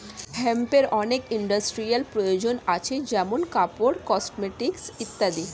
হেম্পের অনেক ইন্ডাস্ট্রিয়াল প্রয়োজন আছে যেমন কাপড়, কসমেটিকস ইত্যাদি